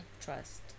trust